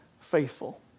faithful